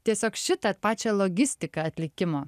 tiesiog šitą pačią logistiką atlikimo